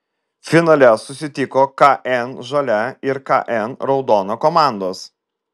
finale susitiko kn žalia ir kn raudona komandos